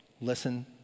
listen